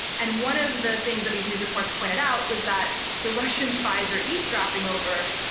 and one of the things that these news reports pointed out was that the russian spies are eavesdropping over,